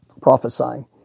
prophesying